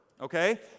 okay